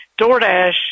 DoorDash